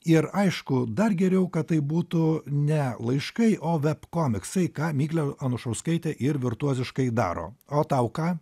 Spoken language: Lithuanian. ir aišku dar geriau kad tai būtų ne laiškai o veb komiksai ką miglė anušauskaitė ir virtuoziškai daro o tau ką